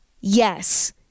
yes